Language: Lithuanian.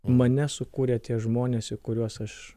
mane sukūrė tie žmonės į kuriuos aš